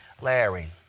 Larry